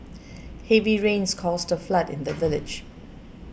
heavy rains caused a flood in the village